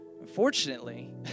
Unfortunately